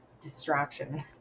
distraction